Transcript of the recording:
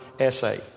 essay